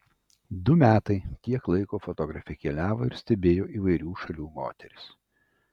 du metai tiek laiko fotografė keliavo ir stebėjo įvairių šalių moteris